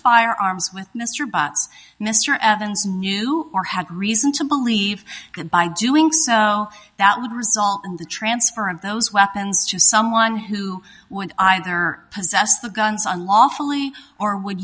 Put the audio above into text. firearms with mr botts mr evans knew or had reason to believe that by doing so that would result in the transfer of those weapons to someone who would either possess the guns unlawfully or would